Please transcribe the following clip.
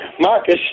Marcus